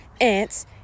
ants